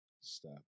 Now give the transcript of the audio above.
Stop